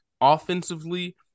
offensively